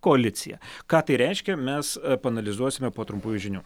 koalicija ką tai reiškia mes paanalizuosime po trumpųjų žinių